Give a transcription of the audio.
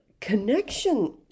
connection